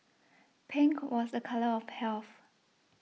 pink was a colour of health